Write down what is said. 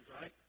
right